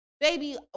Baby